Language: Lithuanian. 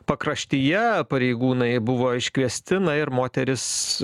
pakraštyje pareigūnai buvo iškviesti na ir moteris